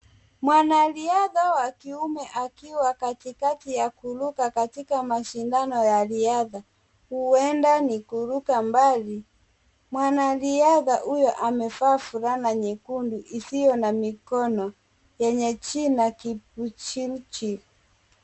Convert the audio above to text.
Mwanariadha wa kiume akiwa katikati ya kuruka katika mashindano ya riadha, huenda ni kuruka mbali. Mwanariadha huyo amevaa fulana nyekundu isiyo na mikono yenye jina Kipchirchir.